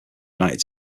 united